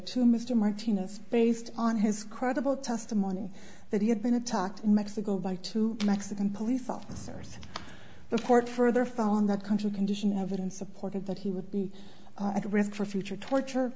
to mr martinez based on his credible testimony that he had been attacked in mexico by two mexican police officers the court further found that country condition evidence supported that he would be at risk for future torture